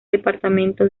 departamento